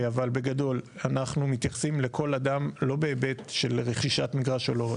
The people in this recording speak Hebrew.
אבל בגדול אנחנו מתייחסים לכל אדם לא בהיבט של רכישת מגרש או לא,